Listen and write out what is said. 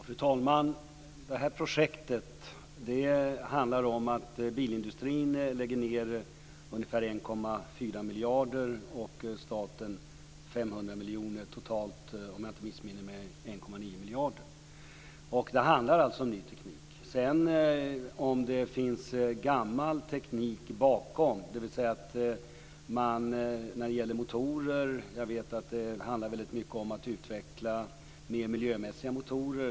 Fru talman! I det här projektet lägger bilindustrin ned ungefär 1,4 miljarder och staten 500 miljoner, dvs. totalt, om jag inte missminner mig, 1,9 miljarder. Det handlar om ny teknik, även om det sedan finns gammal teknik bakom. Jag vet att det när det gäller motorer handlar väldigt mycket om att utveckla mer miljömässiga motorer.